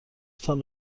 تان